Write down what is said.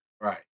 Right